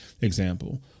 Example